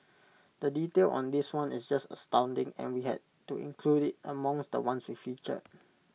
the detail on this one is just astounding and we had to include IT among the ones we featured